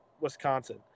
Wisconsin